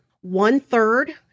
One-third